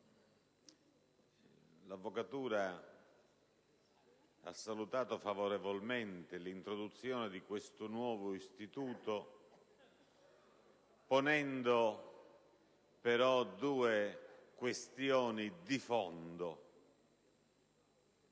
L'avvocatura ha salutato favorevolmente l'introduzione di questo nuovo istituto, ponendo però due questioni di fondo: